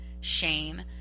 shame